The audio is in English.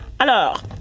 Alors